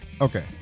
Okay